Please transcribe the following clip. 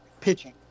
pitching